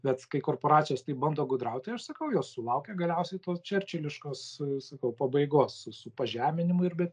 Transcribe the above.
bet kai korporacijos taip bando gudraut tai aš sakau jos sulaukia galiausiai to čerčiliškos sakau pabaigos su su pažeminimu ir be